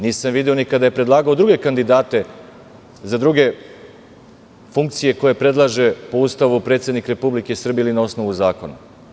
Nisam video ni kada je predlagao druge kandidate za druge funkcije koje predlaže po Ustavu predsednik Republike Srbije ili na osnovu zakona.